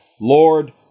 Lord